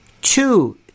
Two